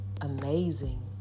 amazing